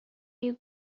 you